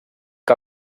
que